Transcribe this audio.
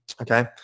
Okay